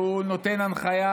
והוא נותן הנחיה